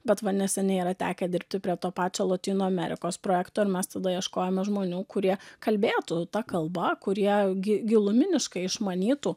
bet va neseniai yra tekę dirbti prie to pačio lotynų amerikos projekto ir mes tada ieškojome žmonių kurie kalbėtų ta kalba kurie gi giluminiškai išmanytų